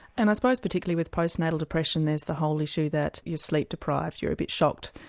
and i suppose particularly with postnatal depression there's the whole issue that you're sleep deprived, you're a bit shocked,